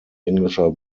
englischer